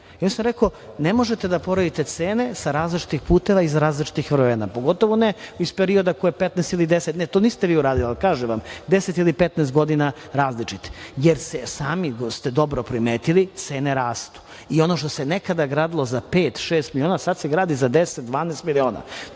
Ja sam rekao, ne možete da poredite cene sa različitih puteva iz različitih vremena, pogotovo ne iz perioda 15 ili 10, ne to vi niste uradili, ali kažem vam, 10 ili 15 godina različiti. Sami ste dobro primetili cene rastu. Ono što se nekada gradilo za 5, 6 miliona sada se gradi za 10, 12 miliona.